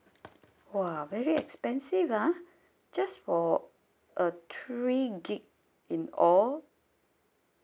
!wah! very expensive ah just for a three gig in all